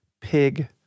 pig